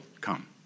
come